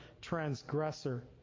transgressor